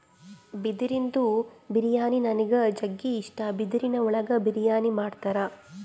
ಬಿದಿರಿಂದು ಬಿರಿಯಾನಿ ನನಿಗ್ ಜಗ್ಗಿ ಇಷ್ಟ, ಬಿದಿರಿನ್ ಒಳಗೆ ಬಿರಿಯಾನಿ ಮಾಡ್ತರ